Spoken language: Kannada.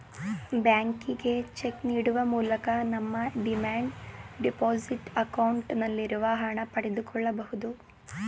ಬ್ಯಾಂಕಿಗೆ ಚೆಕ್ ನೀಡುವ ಮೂಲಕ ನಮ್ಮ ಡಿಮ್ಯಾಂಡ್ ಡೆಪೋಸಿಟ್ ಅಕೌಂಟ್ ನಲ್ಲಿರುವ ಹಣ ಪಡೆದುಕೊಳ್ಳಬಹುದು